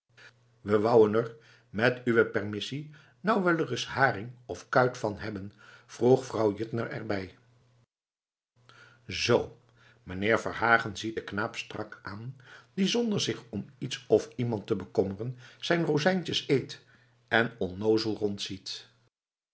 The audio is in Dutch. we wouen er met uwés permissie nou wel ereis haring of kuit van hebben voegt vrouw juttner er bij zoo mijnheer verhagen ziet den knaap strak aan die zonder zich om iets of iemand te bekommeren zijn rozijntjes eet en onnoozel rondziet